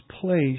place